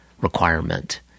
requirement